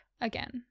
again